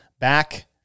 back